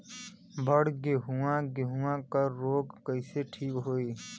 बड गेहूँवा गेहूँवा क रोग कईसे ठीक होई?